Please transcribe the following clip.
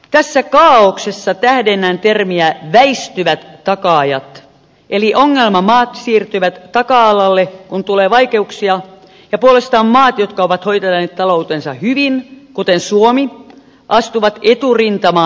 tässä kaaoksessa tähdennän termiä väistyvät takaajat eli ongelmamaat siirtyvät taka alalle kun tulee vaikeuksia ja puolestaan maat jotka ovat hoitaneet taloutensa hyvin kuten suomi astuvat eturintamaan auttamaan